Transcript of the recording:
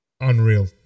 unreal